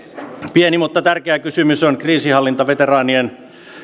pieni mutta tärkeä kysymys on kriisinhallintaveteraanien